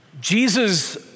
Jesus